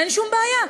אין שום בעיה,